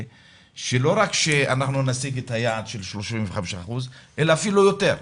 לא רק שכך נשיג את היעד של 35%, אלא אפילו יותר.